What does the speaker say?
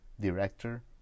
director